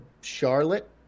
Charlotte